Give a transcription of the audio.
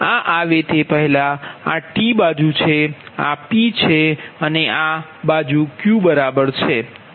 આ આવે તે પહેલાં આ t બાજુ છે આ p છે અને આ બાજુ q બરાબર છે